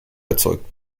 erzeugt